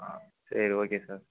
ஆ சரி okay sir